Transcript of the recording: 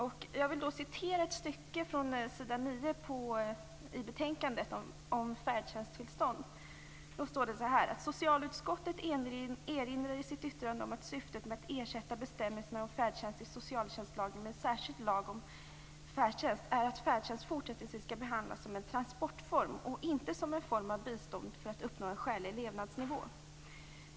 På s. 9 i betänkandet skriver utskottet angående färdtjänsttillstånd: "Socialutskottet erinrar i sitt yttrande om att syftet med att ersätta bestämmelserna om färdtjänst i socialtjänstlagen med en särskild lag om färdtjänst är att färdtjänst fortsättningsvis skall behandlas som en transportform och inte som en form av bistånd för att uppnå en skälig levnadsnivå.